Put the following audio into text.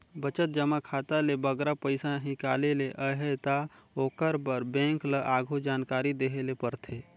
बचत जमा खाता ले बगरा पइसा हिंकाले ले अहे ता ओकर बर बेंक ल आघु जानकारी देहे ले परथे